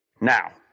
Now